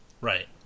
Right